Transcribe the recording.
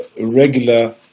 regular